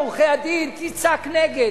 ולשכת עורכי-הדין תצעק נגד.